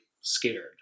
scared